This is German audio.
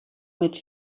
mit